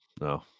No